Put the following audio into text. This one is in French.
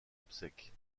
obsèques